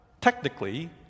Technically